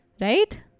right